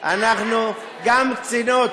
גם קצינות,